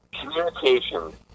communication